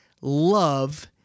love